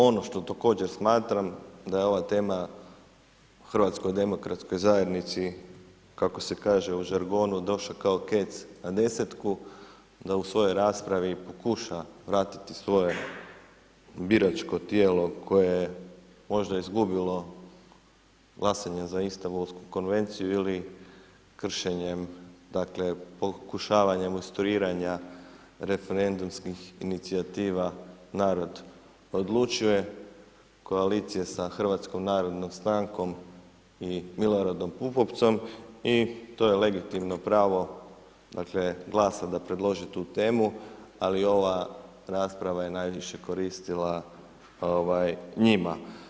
Ono što također smatram da ova tema u HDZ-u kako se kaže u žargonu došao kao kec na desetku, da u svojoj raspravi pokuša vratiti svoje biračko tijelo koje možda izgubilo glasanje za Istanbulsku konvenciju ili kršenjem dakle, pokušavanje konstruiranja referendumskih inicijativa Narod odlučuje, koalicije sa HNS i Miloradom Pupovcom i to je legitimno pravo, dakle, GLAS-a da preloži tu temu, ali ova rasprava je najviše koristila njima.